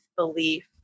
belief